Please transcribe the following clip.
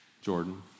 Jordan